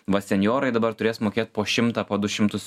va senjorai dabar turės mokėt po šimtą po du šimtus